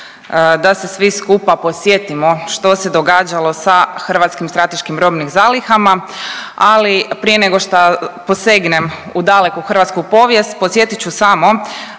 da se svi skupa podsjetimo što se događalo sa hrvatskim strateškim robnim zalihama. Ali prije nego šta posegnem u daleku hrvatsku povijest podsjetit ću samo